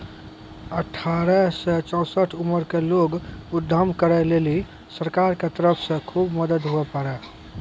अठारह से चौसठ उमर के लोग उद्यम करै लेली सरकार के तरफ से खुब मदद हुवै पारै